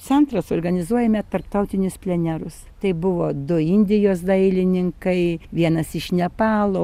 centras organizuojame tarptautinius plenerus tai buvo du indijos dailininkai vienas iš nepalo